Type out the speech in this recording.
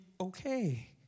okay